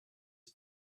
was